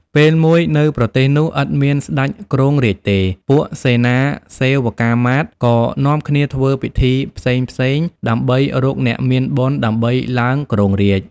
ពេលមួយនៅប្រទេសនោះឥតមានស្ដេចគ្រងរាជ្យទេ ពួកសេនាសេវកាមាត្រ ក៏នាំគ្នាធ្វើពិធីផ្សេងៗ ដើម្បីរកអ្នកមានបុណ្យ ដើម្បីឡើងគ្រងរាជ្យ។